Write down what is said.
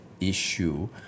issue